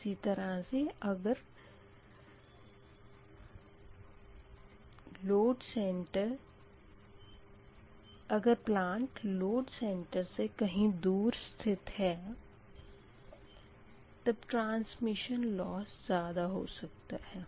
इसी तरह से अगर प्लाट लोड सेंटर से कहीं दूर स्थित है तब ट्रांसमिशन लॉस ज़्यादा हो सकता है